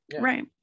Right